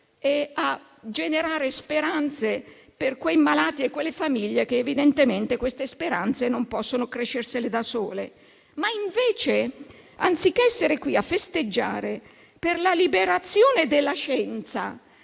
e a generare speranze per quei malati e quelle famiglie che evidentemente queste speranze non possono crescersele da sole. Invece, anziché essere qui a festeggiare per la liberazione della scienza